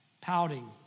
pouting